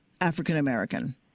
African-American